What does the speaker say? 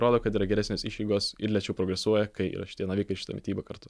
rodo kad yra geresnės išeigos ir lėčiau progresuoja kai yra šitie navikai šita mityba kartu